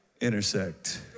Intersect